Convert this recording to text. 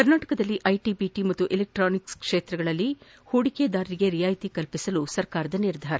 ಕರ್ನಾಟಕದಲ್ಲಿ IT BT ಹಾಗೂ electronics ಕ್ಷೇತ್ರಗಳಲ್ಲಿ ಹೂಡಿಕೆದಾರರಿಗೆ ರಿಯಾಯಿತಿ ಕಲ್ಲಿಸಲು ಸರ್ಕಾರದ ನಿರ್ಧಾರ